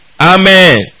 Amen